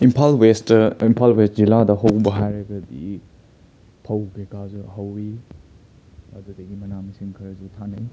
Imphal west Imphal west ꯖꯤꯂꯥꯗ ꯍꯧꯕ ꯍꯥꯏꯔꯒꯗꯤ ꯐꯧ ꯀꯩꯀꯥꯁꯨ ꯍꯧꯋꯤ ꯑꯗꯨꯗꯒꯤ ꯃꯅꯥ ꯃꯁꯤꯡ ꯈꯔꯁꯨ ꯊꯥꯅꯩ